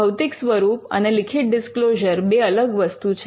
ભૌતિક સ્વરૂપ અને લિખિત ડિસ્ક્લોઝર બે અલગ વસ્તુ છે